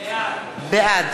בעד